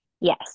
Yes